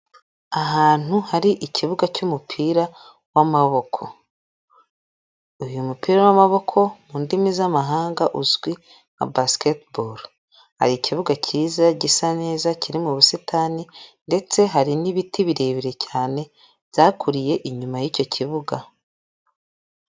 Ahantu hari ikibuga cy'umupira w'amaboko, uyu mupira w'amaboko mu ndimi z'amahanga uzwi nka Basketball, hari ikibuga cyiza, gisa neza, kiri mu busitani ndetse hari n'ibiti birebire cyane byakuriye inyuma y'icyo kibuga.